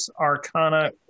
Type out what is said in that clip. Arcana